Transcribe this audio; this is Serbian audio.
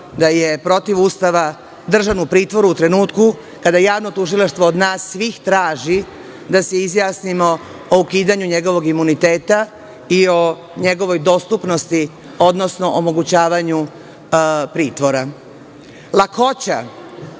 da je protiv Ustava držan u pritvoru u trenutku kada Javno tužilaštvo od nas svih traži da se izjasnimo o ukidanju njegovog imuniteta i o njegovoj dostupnosti, odnosno omogućavanju pritvora. Lakoća